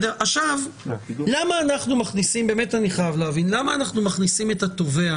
באמת אני חייב להבין, למה אנחנו מכניסים את התובע